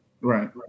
Right